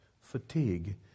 Fatigue